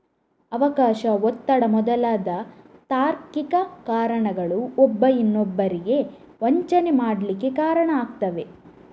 ಅವಕಾಶ, ಒತ್ತಡ ಮೊದಲಾದ ತಾರ್ಕಿಕ ಕಾರಣಗಳು ಒಬ್ಬ ಇನ್ನೊಬ್ಬರಿಗೆ ವಂಚನೆ ಮಾಡ್ಲಿಕ್ಕೆ ಕಾರಣ ಆಗ್ತವೆ